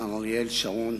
מר אריאל שרון,